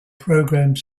programmed